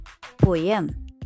poem